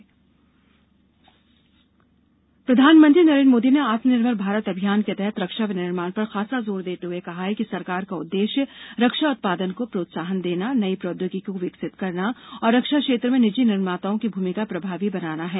PM रक्षा प्रधानमंत्री नरेन्द्र मोदी ने आत्मनिर्भर भारत अभियान के तहत रक्षा विनिर्माण पर खासा जोर देते हए कहा है कि सरकार का उद्देश्य रक्षा उत्पादन को प्रोत्सोहन देना नयी प्रौद्योगिकी को विकसित करना और रक्षा क्षेत्र में निजी निर्माताओं की भूमिका प्रभावी बनाना है